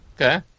okay